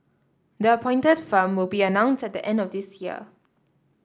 the appointed firm will be announced at the end of this year